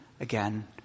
again